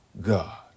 God